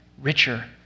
richer